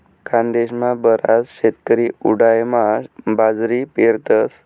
खानदेशमा बराच शेतकरी उंडायामा बाजरी पेरतस